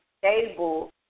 stable